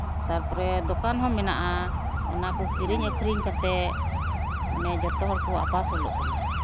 ᱛᱟᱨᱯᱚᱨᱮ ᱫᱚᱠᱟᱱ ᱦᱚᱸ ᱢᱮᱱᱟᱜᱼᱟ ᱚᱱᱟᱠᱚ ᱠᱤᱨᱤᱧ ᱟᱹᱠᱷᱨᱤᱧ ᱠᱟᱛᱮᱫ ᱢᱟᱱᱮ ᱡᱚᱛᱚ ᱦᱚᱲ ᱠᱚ ᱟᱯᱟᱥᱩᱞᱚᱜ ᱠᱟᱱᱟ